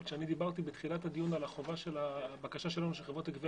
אבל כשאני דיברתי בתחילת הדיון על הבקשה שלנו שחברות הגבייה